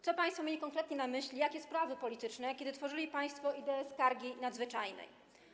Co państwo mieli konkretnie na myśli, jakie sprawy polityczne, kiedy tworzyli państwo ideę skargi nadzwyczajnej?